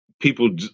people